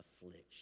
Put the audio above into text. affliction